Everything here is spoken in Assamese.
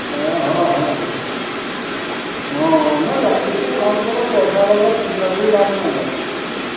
এ হয় হয় হয় অঁ অঁ নহয় গাখীৰটো ভাল পালে পইচাৰ লগত চিন্তা কৰি লাভ নাই বাৰু